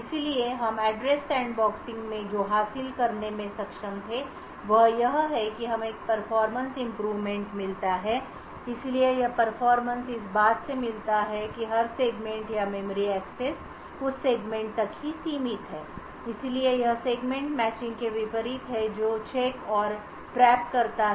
इसलिए हम address sandboxing में जो हासिल करने में सक्षम थे वह यह है कि हमें एक परफॉर्मेंस इंप्रूवमेंट मिलता है इसलिए यह परफॉरमेंस इस बात से मिलता है कि हर सेगमेंट या मेमोरी एक्सेस उस सेगमेंट तक ही सीमित है इसलिए यह सेगमेंट मैचिंग के विपरीत है जो चेक और ट्रैप करता है